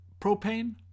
propane